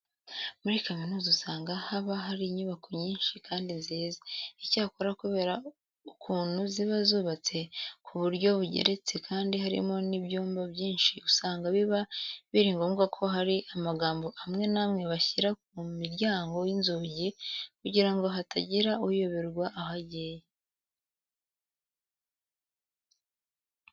Muri kaminuza usanga haba hari inyubako nyinshi kandi nziza. Icyakora kubera ukuntu ziba zubatse ku buryo bugeretse kandi harimo n'ibyumba byinshi, usanga biba biri ngomba ko hari amagambo amwe n'amwe bashyira ku miryango y'inzugi kugira ngo hatagira uyoberwa aho agiye.